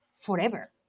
forever